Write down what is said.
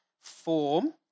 form